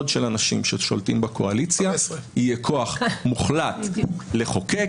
של אנשים ששולטים בקואליציה יהיה כוח מוחלט לחוקק,